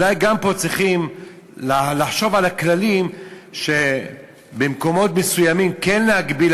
אולי גם פה צריכים לחשוב על כללים שבמקומות מסוימים כן להגביל